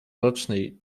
rocznej